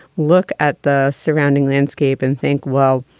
look at the surrounding landscape and think, well,